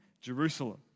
Jerusalem